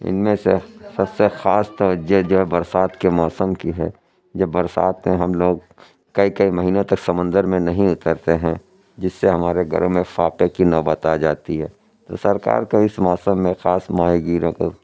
ان میں سے سب سے خاص توجہ جو ہے برسات کے موسم کی ہے جو برسات میں ہم لوگ کئی کئی مہینوں تک سمندر میں نہیں اترتے ہیں جس سے ہمارے گھروں میں فاقے کی نوبت آ جاتی ہے تو سرکار کو اس موسم میں خاص ماہی گیروں کو